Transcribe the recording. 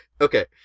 Okay